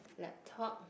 laptop